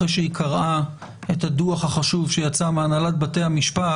אחרי שהיא קראה את הדוח החשוב שיצא מהנהלת בתי המשפט